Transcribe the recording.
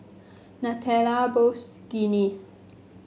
Nutella Bosch Guinness